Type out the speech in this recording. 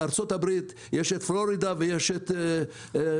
בארצות הברית יש את פלורידה ויש את קליפורניה